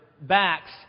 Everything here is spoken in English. backs